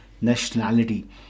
nationality